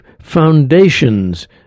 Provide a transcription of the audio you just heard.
foundations